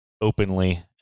openly